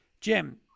Jim